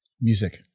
music